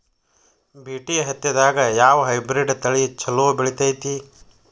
BT ಹತ್ತಿದಾಗ ಯಾವ hybrid ತಳಿ ಛಲೋ ಬೆಳಿತೈತಿ?